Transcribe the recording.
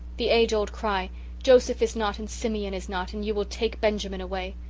the age-old cry joseph is not and simeon is not and ye will take benjamin away.